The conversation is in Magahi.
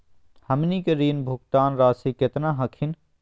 हमनी के ऋण भुगतान रासी केतना हखिन?